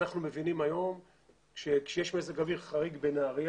אנחנו מבינים היום שכאשר יש מזג אוויר חריג בנהריה